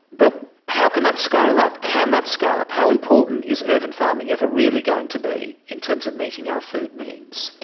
but how can that scale up? can that scale up? how important is urban farming ever really going to be in terms of meeting our food needs?